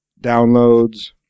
downloads